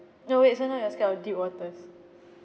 no wait so now you are scared of deep waters